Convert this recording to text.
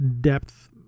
depth